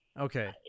Okay